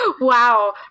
Wow